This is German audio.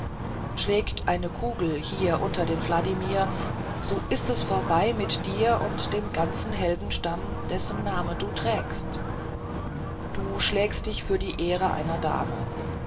schlägt eine kugel hier unter den wladimir so ist es vorbei mit dir und dem heldenstamm dessen namen du trägst du schlägst dich für die ehre einer dame